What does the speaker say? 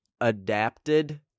adapted